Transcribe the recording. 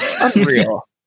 Unreal